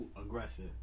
aggressive